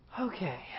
Okay